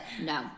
no